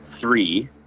three